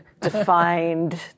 defined